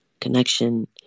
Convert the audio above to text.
connection